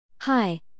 Hi